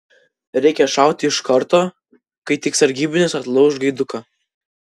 reikia šauti iš karto kai tik sargybinis atlauš gaiduką